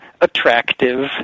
attractive –